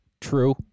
true